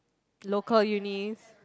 local unis